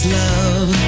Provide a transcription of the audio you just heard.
love